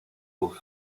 aux